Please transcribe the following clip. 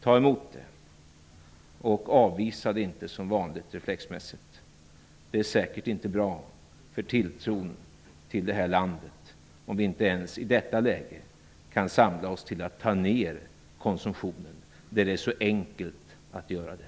Ta emot det och avvisa det inte reflexmässigt som vanligt. Det är säkert inte bra för tilltron till det här landet om vi inte ens i detta läge kan samla oss till att minska konsumtionen, när det är så lätt att göra det.